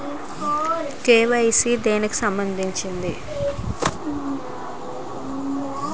KYC దేనికి సంబందించింది?